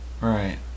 Right